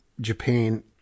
Japan